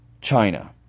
China